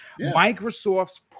microsoft's